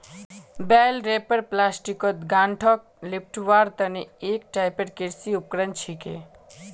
बेल wrapper प्लास्टिकत गांठक लेपटवार तने एक टाइपेर कृषि उपकरण छिके